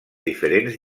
diferents